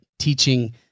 teaching